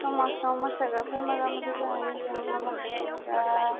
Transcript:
समाजाव मोसाग्राफ्रा मोगा मोगि जानायनि जेंना माखासेफ्रा